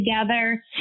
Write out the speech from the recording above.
together